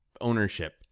ownership